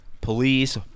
police